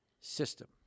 system